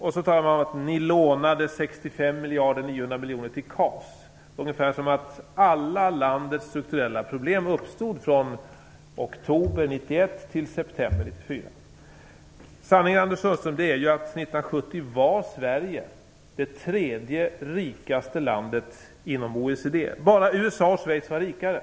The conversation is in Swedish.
Han säger att vi lånade 65 miljarder 900 miljoner till KAS, och det låter ungefär som att alla landets strukturella problem uppstod mellan oktober 1991 och september Sanningen, Anders Sundström, är att Sverige var det tredje rikaste landet inom OECD 1970. Bara USA och Schweiz var rikare.